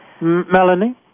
Melanie